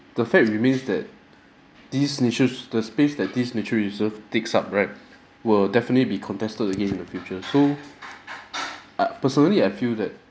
the fact remains that these natures the space that this nature reserve takes up right will definitely be contested again in the future so I personally I feel that